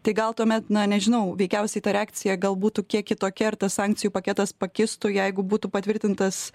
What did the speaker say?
tai gal tuomet na nežinau veikiausiai ta reakcija gal būtų kiek kitokia ir tas sankcijų paketas pakistų jeigu būtų patvirtintas